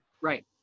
Right